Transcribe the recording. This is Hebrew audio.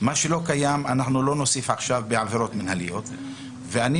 ולא נוסיף עכשיו בעבירות מינהליות מה שלא קיים.